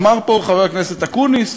אמר פה חבר הכנסת אקוניס,